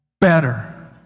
Better